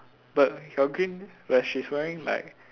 but your green but she's wearing like